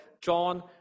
John